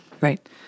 Right